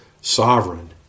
sovereign